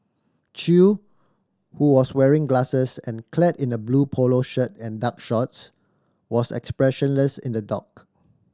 Chew who was wearing glasses and clad in a blue polo shirt and dark shorts was expressionless in the dock